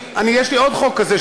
יש לי עוד חוק כזה,